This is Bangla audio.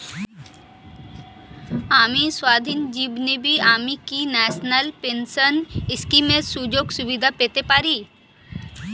আমি স্বাধীনজীবী আমি কি ন্যাশনাল পেনশন স্কিমের সুযোগ সুবিধা পেতে পারি?